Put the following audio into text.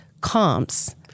comps